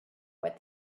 what